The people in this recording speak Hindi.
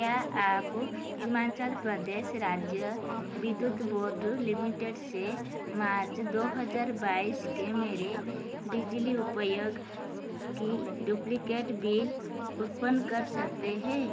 क्या आप हिमाचल प्रदेश राज्य विद्युत बोर्ड लिमिटेड से मार्च दो हज़ार बाईस के मेरे बिजली उपयोग की डुप्लिकेट बिल उत्पन्न कर सकते हैं